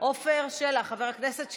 עפר שלח, חבר הכנסת שלח,